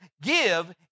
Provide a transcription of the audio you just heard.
Give